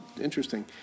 interesting